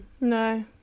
No